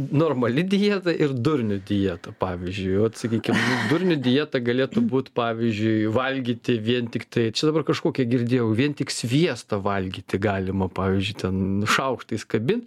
normali dieta ir durnių dieta pavyzdžiui vat sakykim durnių dieta galėtų būt pavyzdžiui valgyti vien tiktai čia dabar kažkokią girdėjau vien tik sviestą valgyti galima pavyzdžiui ten šaukštais kabint